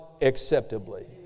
acceptably